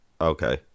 Okay